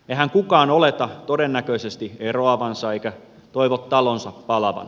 eihän kukaan oleta todennäköisesti eroavansa eikä toivo talonsa palavan